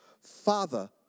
Father